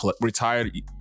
Retired